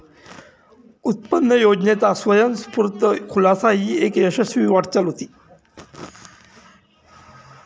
उत्पन्न योजनेचा स्वयंस्फूर्त खुलासा ही एक यशस्वी वाटचाल होती